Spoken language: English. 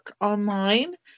online